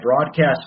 broadcast